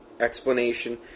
explanation